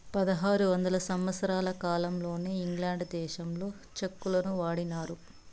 పదహారు వందల సంవత్సరాల కాలంలోనే ఇంగ్లాండ్ దేశంలో చెక్కులను వాడినారు